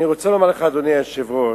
אני רוצה לומר לך, אדוני היושב-ראש,